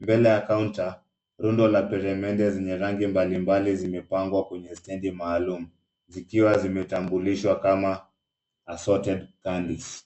Mbele ya counter , rundo la peremende zenye rangi mbali mbali zimepangwa kwenye stendi maalumu, zikiwa zimetambulishwa kama assorted candies .